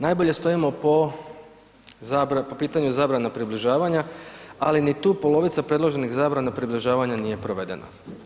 Najbolje stojimo po pitanju zabrana približavanja ali ni tu polovica predloženih zabrana približavanja nije provedena.